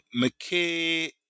McKay